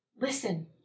listen